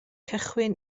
cychwyn